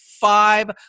five